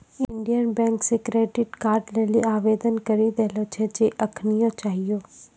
Indian bank से credit card लेली आवेदन करी देले छिए जे एखनीये चाहियो